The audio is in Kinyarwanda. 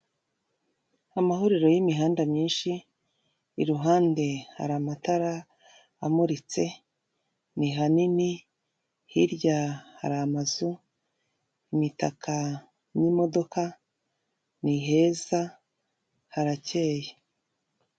Amahuriro y'imihanda myinshi, iruhande hari amatara amuritse, ni hanini, hirya hari amazu, imitaka n'imodoka ni heza harakeye.